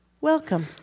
Welcome